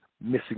missing